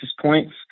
points